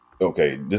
okay